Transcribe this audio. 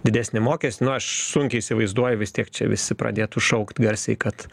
didesnį mokestį nu aš sunkiai įsivaizduoju vis tiek čia visi pradėtų šaukt garsiai kad